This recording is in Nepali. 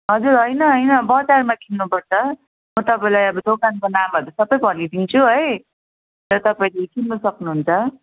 हजुर होइन होइन बजारमा किन्नुपर्छ म तपाईँलाई अब दोकानको नामहरू सबै भनिदिन्छु है तपाईँले किन्न सक्नुहुन्छ